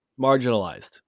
marginalized